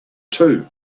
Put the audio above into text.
two